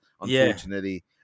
unfortunately